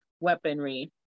Weaponry